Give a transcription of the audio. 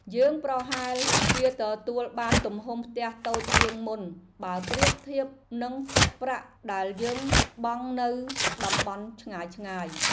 យើងប្រហែលជាទទួលបានទំហំផ្ទះតូចជាងមុនបើប្រៀបធៀបនឹងទឹកប្រាក់ដែលយើងបង់នៅតំបន់ឆ្ងាយៗ។